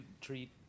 treat